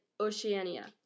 Oceania